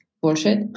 bullshit